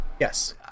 yes